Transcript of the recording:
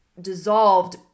dissolved